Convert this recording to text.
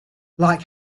like